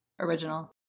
original